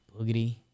Boogity